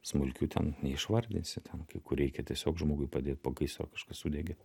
smulkių ten neišvardinsi ten kai kur reikia tiesiog žmogui padėt po gaisro kažkas sudegė